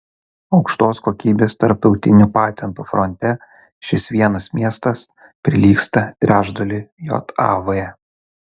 aukštos kokybės tarptautinių patentų fronte šis vienas miestas prilygsta trečdaliui jav